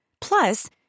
Plus